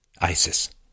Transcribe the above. ISIS